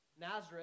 Nazareth